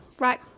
right